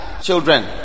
children